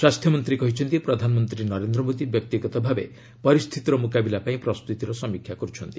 ସ୍ୱାସ୍ଥ୍ୟ ମନ୍ତ୍ରୀ କହିଛନ୍ତି ପ୍ରଧାନମନ୍ତ୍ରୀ ନରେନ୍ଦ୍ର ମୋଦୀ ବ୍ୟକ୍ତିଗତ ଭାବେ ପରିସ୍ଥିତିର ମୁକାବିଲା ପାଇଁ ପ୍ରସ୍ତୁତିର ସମୀକ୍ଷା କରୁଛନ୍ତି